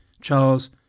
Charles